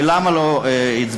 ולמה לא הצביעו?